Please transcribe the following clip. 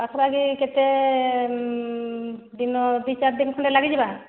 ପାଖାପାଖି କେତେ ଦିନ ଦୁଇ ଚାରି ଦିନ ଖଣ୍ଡେ ଲାଗିଯିବା